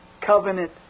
covenant